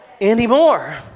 anymore